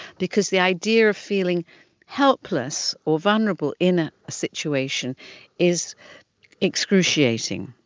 because the idea of feeling helpless or vulnerable in a a situation is excruciating.